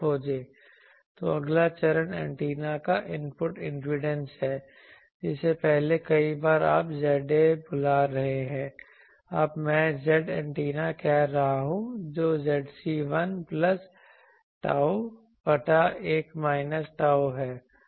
तो अगला चरण एंटीना का इनपुट इम्पीडेंस है जिसे पहले कई बार आप Za बुला रहे हैं अब मैं Zantenna कह रहा हूं जो Zc 1 प्लस ताऊ बटा 1 माइनस ताऊ है